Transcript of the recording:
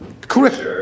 Correct